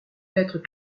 lettres